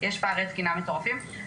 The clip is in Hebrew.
יש פערי דגימה מטורפים,